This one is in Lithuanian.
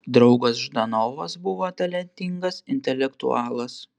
draugas ždanovas buvo talentingas intelektualas